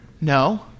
No